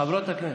חברות הכנסת,